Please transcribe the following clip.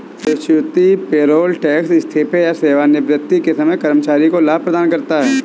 gratuity payroll tax इस्तीफे या सेवानिवृत्ति के समय कर्मचारी को लाभ प्रदान करता है